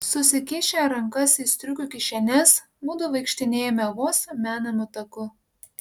susikišę rankas į striukių kišenes mudu vaikštinėjome vos menamu taku